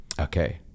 Okay